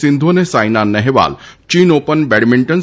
સિંધુ અન સાઇના નહેવાલ ચીન open badminton